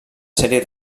sèrie